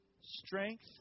Strength